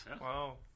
Wow